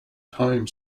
time